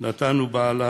נתן הוא בעלה